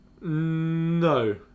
no